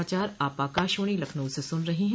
यह समाचार आप आकाशवाणी लखनऊ से सुन रहे हैं